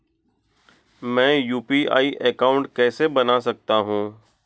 मैं UPI account कैसे बना सकता हूं?